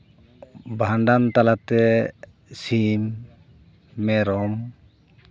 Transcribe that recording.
ᱵᱷᱟᱸᱱᱰᱟᱱ ᱛᱟᱞᱟᱛᱮ ᱥᱤᱢ ᱢᱮᱨᱚᱢ